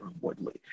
Woodley